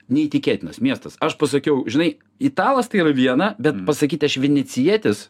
neįtikėtinas miestas aš pasakiau žinai italas tai yra viena bet pasakyt aš venecijietis